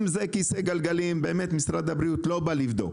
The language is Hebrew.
אם זה כיסא גלגלים, משרד הבריאות לא בא לבדוק.